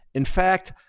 in fact,